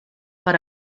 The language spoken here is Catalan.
per